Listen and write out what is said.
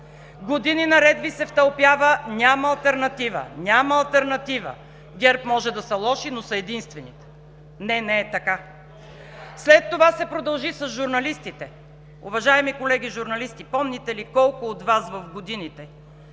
Години наред Ви се втълпява: „Няма алтернатива, няма алтернатива. ГЕРБ може да са лоши, но са единствените.“ Не, не е така! След това се продължи с журналистите. Уважаеми колеги, журналисти, помните ли колко от Вас в годините